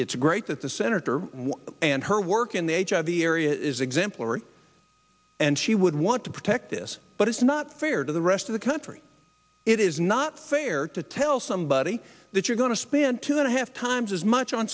it's great that the senator and her work in the age of the area is exemplary and she would want to protect this but it's not fair to the rest of the country it is not fair to tell somebody that you're going to spend two and a half times as much on